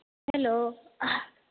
hello